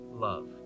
love